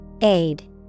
Aid